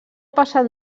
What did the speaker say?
passat